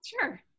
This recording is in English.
Sure